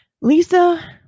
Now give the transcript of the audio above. Lisa